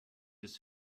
des